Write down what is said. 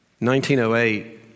1908